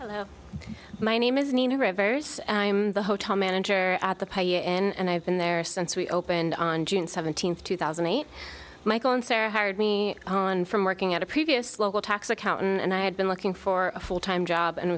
hello my name is nina rivers i'm the hotel manager at the pay and i've been there since we opened on june seventeenth two thousand and eight michael and sara hired me on from working at a previous local tax accountant and i had been looking for a full time job and